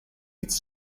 its